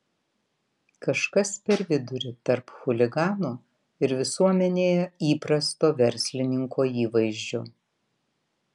kažkas per vidurį tarp chuligano ir visuomenėje įprasto verslininko įvaizdžio